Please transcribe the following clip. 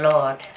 Lord